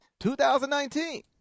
2019